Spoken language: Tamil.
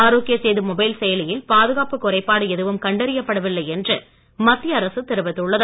ஆரோக்கிய சேது மொபைல் செயலியில் பாதுகாப்புக் குறைபாடு எதுவும் கண்டறியப்பட வில்லை என்று மத்திய அரசு தெரிவித்துள்ளது